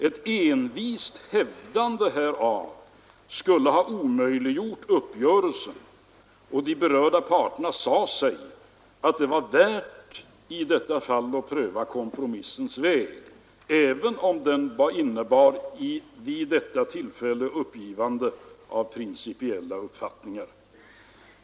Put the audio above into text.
Ett envist hävdande av dessa skulle ha omöjliggjort uppgörelsen, och de berörda parterna sade sig att det i detta fall var värt att pröva kompromissens väg, även om den vid detta tillfälle innebar uppgivande av principiella uppfattningar.